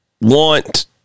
want